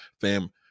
fam